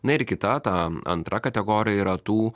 na ir kita ta antra kategorija yra tų